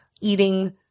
eating